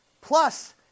plus